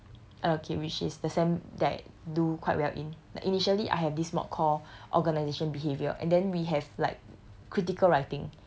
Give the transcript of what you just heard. last sem okay which is the sem that do quite well in the initially I have this mod call organisation behaviour and then we have like